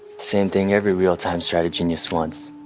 same thing every real-time strategenius wants.